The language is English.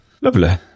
Lovely